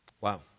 Wow